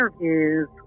interviews